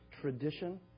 tradition